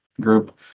group